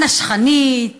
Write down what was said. הנשכנית,